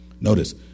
Notice